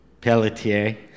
Pelletier